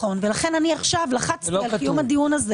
לא כתוב...